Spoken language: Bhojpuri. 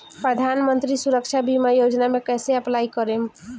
प्रधानमंत्री सुरक्षा बीमा योजना मे कैसे अप्लाई करेम?